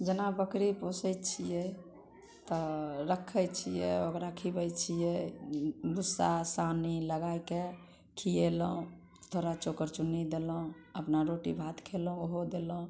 जेना बकरी पोसैत छियै तऽ रखैत छियै ओकरा खीबैत छियै भूस्सा सानी लगाएके खीएलहुँ थोड़ा चोकर चुन्नी देलहुँ अपना रोटी भात खेलहुँ ओहो देलहुँ